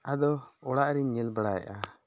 ᱟᱫᱚ ᱚᱲᱟᱜᱨᱮᱧ ᱧᱮᱞ ᱵᱟᱲᱟᱭᱮᱫᱼᱟ